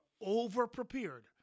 over-prepared